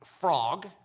frog